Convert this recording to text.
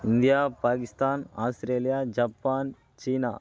India Pakistan Australia Japan China